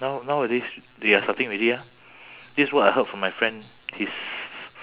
now~ nowadays they are starting already ah this what I heard from my friend his